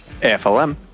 AFLM